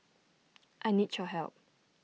I need your help